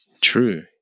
True